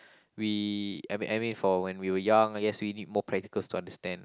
we I mean I mean for when we were young yes we need more practicals to understand